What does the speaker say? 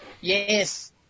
yes